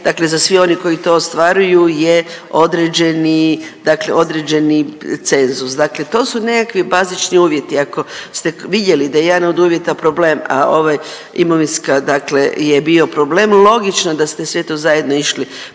dakle za sve one koji to ostvaruju je određeni, dakle određeni cenzus. Dakle, to su nekakvi bazični uvjeti. Ako ste vidjeli da je jedan od uvjeta problem, a ovaj imovinska dakle je bio problem logično da ste sve to zajedno išli